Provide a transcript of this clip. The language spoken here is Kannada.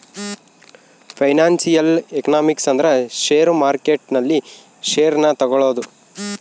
ಫೈನಾನ್ಸಿಯಲ್ ಎಕನಾಮಿಕ್ಸ್ ಅಂದ್ರ ಷೇರು ಮಾರ್ಕೆಟ್ ನಲ್ಲಿ ಷೇರ್ ನ ತಗೋಳೋದು